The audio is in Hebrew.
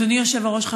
אדוני היושב-ראש,